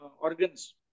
organs